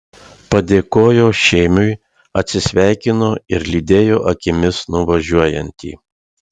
padėkojo šėmiui atsisveikino ir lydėjo akimis nuvažiuojantį